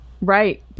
Right